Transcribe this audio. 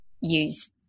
use